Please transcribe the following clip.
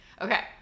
Okay